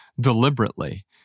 deliberately